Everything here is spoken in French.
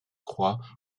croix